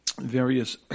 various